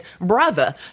brother